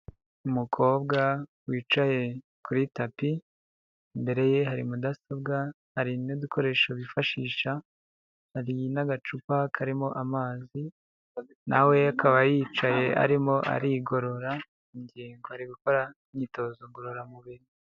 Umukobwa wicaye kuri tapi, imbere ye hari mudasobwa hari n'udukoresho bifashisha, hari n'agacupa karimo amazi, nawe akaba yicaye arimo arigorora ingingo ari gukora imyitozo ngororamubiri.